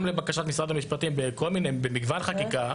גם לבקשת משרד המשפטים במגוון חקיקה,